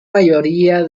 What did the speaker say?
mayoría